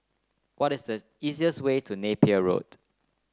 what is the easiest way to Napier Road